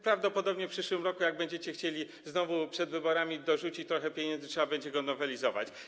Prawdopodobnie w przyszłym roku, jak będziecie chcieli znowu przed wyborami dorzucić trochę pieniędzy, trzeba będzie go nowelizować.